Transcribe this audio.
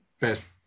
best